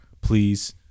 Please